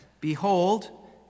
Behold